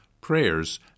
prayers